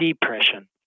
Depression